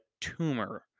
tumor